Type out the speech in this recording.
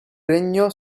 regno